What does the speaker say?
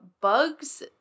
bugs